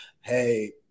Hey